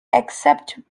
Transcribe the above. except